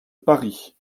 paris